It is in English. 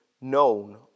known